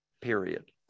period